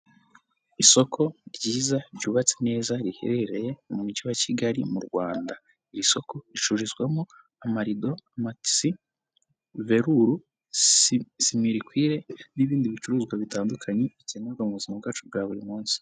Isoko ryiza ryubatse neza riherereye mu mujyi wa Kigali mu Rwanda. Iri soko ricururizwamo: amarido, amatise, verulu, simirikwire n'ibindi bicuruzwa bitandukanye, bikenerwa mu buzima bwacu bwa buri munsi.